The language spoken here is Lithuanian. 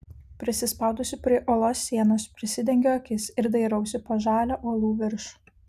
prisispaudusi prie uolos sienos prisidengiu akis ir dairausi po žalią uolų viršų